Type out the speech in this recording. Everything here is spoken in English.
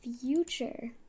future